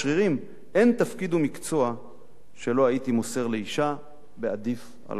אין תפקיד ומקצוע שלא הייתי מוסר לאשה בעדיף על הגבר".